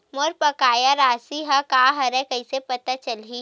मोर बकाया राशि का हरय कइसे पता चलहि?